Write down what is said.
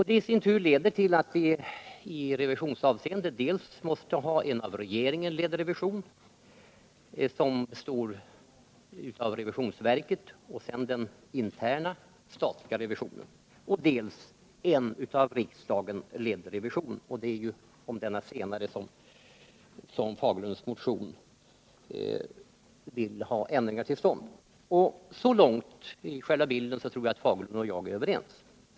Det i sin tur leder till att vi måste ha dels en av regeringen ledd revision som består av revisionsverket och den interna statliga revisionen, dels en av riksdagen ledd revision. Det är beträffande denna senare som herr Fagerlund m.fl. i motionen anför att de vill ha ändringar till stånd. Så långt tror jag att herr Fagerlund och jag är överens, dvs. när det gäller själva bilden.